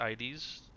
IDs